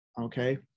Okay